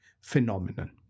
phenomenon